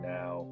now